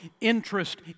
interest